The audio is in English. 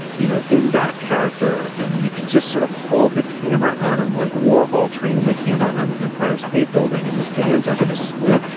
you know, in that character. and you can just sort of hold the camera on him, like warhol training the camera on the empire state building. and the fans are going to swoon.